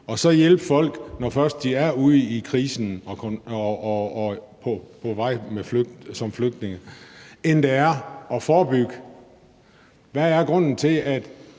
først hjælpe folk, når de er ramt af krisen, og når de er på vej som flygtninge, end det er at forebygge? Hvad er grunden til, at